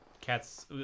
Cats